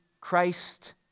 Christ